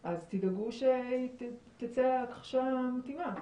אז תדאגו שתצא הכחשה מתאימה.